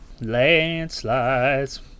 landslides